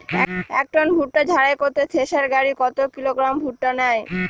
এক টন ভুট্টা ঝাড়াই করতে থেসার গাড়ী কত কিলোগ্রাম ভুট্টা নেয়?